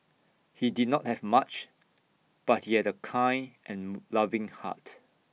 he did not have much but he had A kind and loving heart